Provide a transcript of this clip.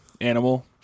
animal